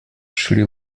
шри